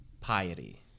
piety